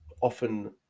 often